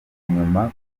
nyuma